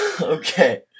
Okay